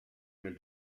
nel